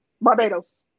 Barbados